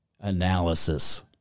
Analysis